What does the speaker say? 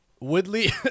Woodley